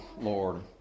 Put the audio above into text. Lord